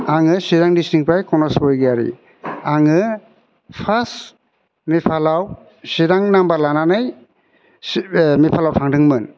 आङो चिरां डिस्ट्रिक्टनिफ्राय कनज बरगयारि आङो फार्स्ट नेपालाव चिरांनि नाम्बार लानानै नेपालाव थांदोंमोन